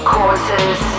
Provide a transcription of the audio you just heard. Causes